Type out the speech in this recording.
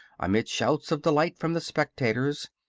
amid shouts of delight from the spectators,